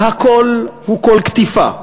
והקול הוא קול קטיפה.